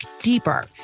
deeper